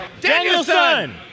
Danielson